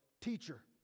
teacher